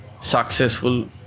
successful